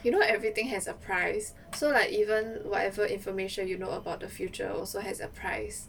you know everything has a price so like even whatever information you know about the future also has a price